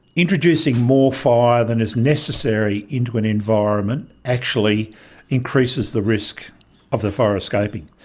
introducing more fire than is necessary into an environment actually increases the risk of the fire escaping,